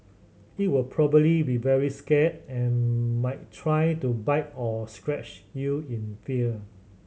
it will probably be very scared and might try to bite or scratch you in fear